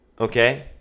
Okay